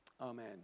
Amen